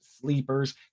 sleepers